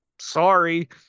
Sorry